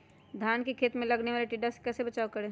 धान के खेत मे लगने वाले टिड्डा से कैसे बचाओ करें?